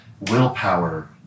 willpower